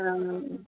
आ